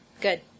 Good